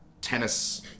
tennis